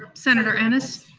senator ennis?